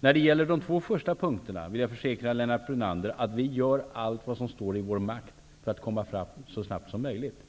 När det gäller de två första punkterna, vill jag försäkra Lennart Brunander att vi gör allt som står i vår makt för att komma fram så snabbt som möjligt,